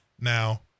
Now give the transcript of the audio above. Now